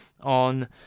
on